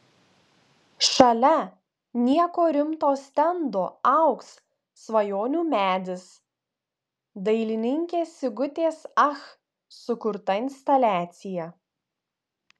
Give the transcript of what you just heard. šalia nieko rimto stendo augs svajonių medis dailininkės sigutės ach sukurta instaliacija